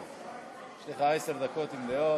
יש לך עשר דקות מלאות.